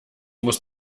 muss